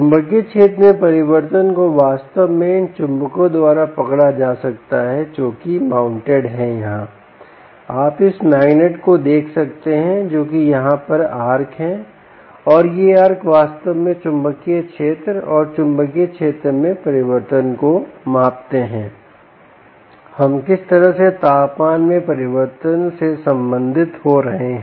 चुंबकीय क्षेत्र में परिवर्तन को वास्तव में इन चुम्बकों द्वारा पकड़ा जा सकता है जो कि माउंटेड हैं यहाँ आप इस मैग्नेट को देख सकते हैं जो कि यहाँ पर आर्क हैं और ये आर्क वास्तव में चुंबकीय क्षेत्र और चुंबकीय क्षेत्र में परिवर्तन को मापते है हम किसी तरह से तापमान में परिवर्तन से संबंधित हो रहे हैं